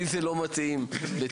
לי זה לא מתאים, לצערי.